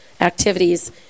activities